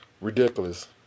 Ridiculous